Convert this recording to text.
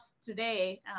Today